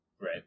right